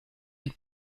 had